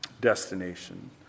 Destination